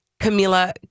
Camila